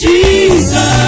Jesus